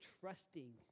trusting